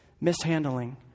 mishandling